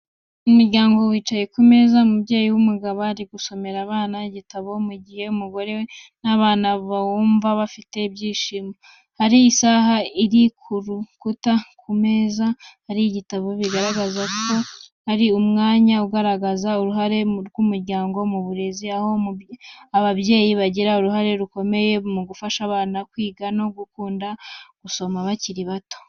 Umuryango wicaye ku meza, umubyeyi w’umugabo ari gusomera abana igitabo, mu gihe umugore n’abana bamwumva bafite ibyishimo. Hari isaha iri ku rukuta, ku meza hari ibitabo bigaragaza ko ari umwanya ugaragaza uruhare rw’umuryango mu burezi, aho ababyeyi bagira uruhare rukomeye mu gufasha abana kwiga no gukunda gusoma bakiri bato.